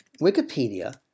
Wikipedia